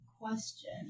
question